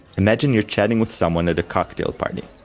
imagine you're chatting with someone at a cocktail party.